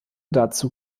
dazu